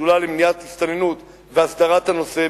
שדולה למניעת הסתננות ולהסדרת הנושא,